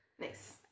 Nice